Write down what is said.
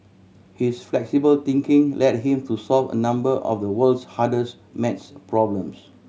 his flexible thinking led him to solve a number of the world's hardest maths problems